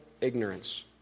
ignorance